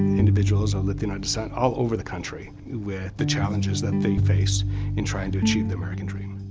individuals of latino descent all over the country with the challenges that they face in trying to achieve the american dream.